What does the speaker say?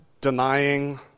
denying